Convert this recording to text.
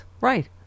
right